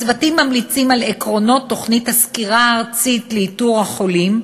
הצוותים ממליצים על עקרונות תוכנית הסקירה הארצית לאיתור החולים,